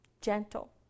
gentle